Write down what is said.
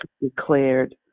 declared